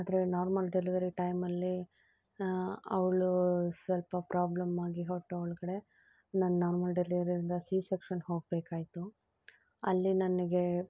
ಆ normal delivery ಟೈಮಲ್ಲಿ ಅವಳು ಸ್ವಲ್ಪ ಪ್ರಾಬ್ಲಮ್ಮಾಗಿ ಹೊಟ್ಟೆ ಒಳಗಡೆ ನಾನು ನಾರ್ಮಲ್ ಡೆಲಿವರಿಯಿಂದ ಸೀ ಸೆಕ್ಷನ್ ಹೋಗಬೇಕಾಯ್ತು ಅಲ್ಲಿ ನನಗೆ